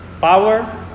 Power